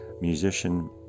musician